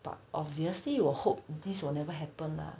but obviously 我 hope this will never happen lah